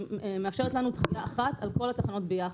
מאפשרת לנו דחייה אחת על כל התחנות ביחד.